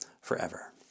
forever